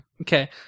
Okay